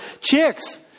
chicks